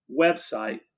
website